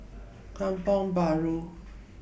Kampong Bahru